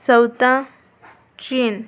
चौथा चीन